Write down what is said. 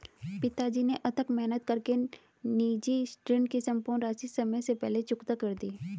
पिताजी ने अथक मेहनत कर के निजी ऋण की सम्पूर्ण राशि समय से पहले चुकता कर दी